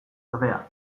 ordea